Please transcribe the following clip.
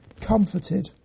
comforted